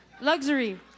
Luxury